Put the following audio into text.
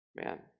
Man